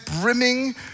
brimming